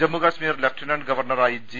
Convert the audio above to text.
ജമ്മുക ശ്മീർ lieutenant ഗവർണറായി G